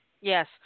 Yes